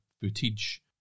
footage